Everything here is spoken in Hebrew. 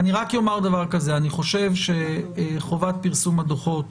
אני רק אומר שאני חושב שחובת פרסום הדוחות